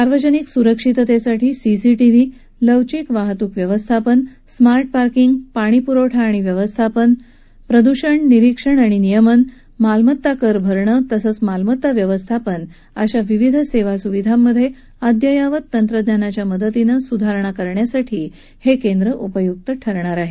सार्वजनिक सुरक्षिततेसाठी सीसीटीव्ही लवचिक वाहतूक व्यवस्थापन स्मार्ट पार्किंग पाणी प्रवठा आणि व्यवस्थापन प्रदूषण निरिक्षण आणि नियमन मालमत्ता कर भरणं तसंच मालमता व्यवस्थापन अशा विविध सेवा सुविधांमधे अदययावत तंत्रज्ञानाच्या मदतीनं सुधारणा करण्यासाठी हे केंद्र उपयुक्त ठरणार आहे